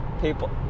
people